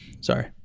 sorry